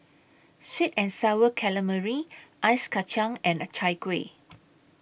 Sweet and Sour Calamari Ice Kacang and Chai Kuih